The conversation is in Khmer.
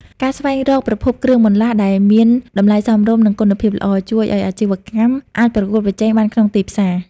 ការស្វែងរកប្រភពគ្រឿងបន្លាស់ដែលមានតម្លៃសមរម្យ និងគុណភាពល្អ ជួយឱ្យអាជីវកម្មអាចប្រកួតប្រជែងបានក្នុងទីផ្សារ។